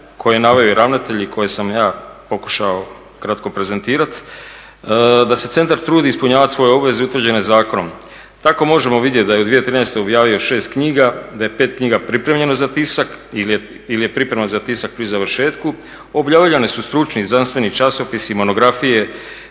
je naveo i ravnatelj i koje sam ja pokušao kratko prezentirati da se centar trudi ispunjavati svoje obveze utvrđene zakonom. Tako možemo vidjeti da je u 2013. objavio 6 knjiga, da je 5 knjiga pripremljeno za tisak ili je priprema za tisak pri završetku, objavljivani su stručni znanstveni časopisi, monografije,